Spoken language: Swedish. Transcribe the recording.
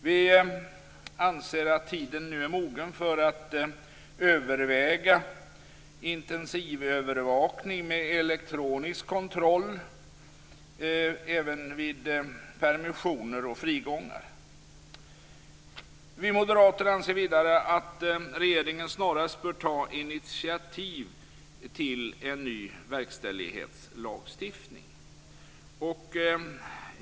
Vi anser att tiden nu är mogen för att överväga intensivövervakning med elektronisk kontroll även vid permissioner och frigång. Vi moderater anser vidare att regeringen snarast bör ta initiativ till en ny verkställighetslagstiftning.